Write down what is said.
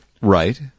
Right